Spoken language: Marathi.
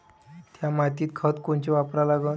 थ्या मातीत खतं कोनचे वापरा लागन?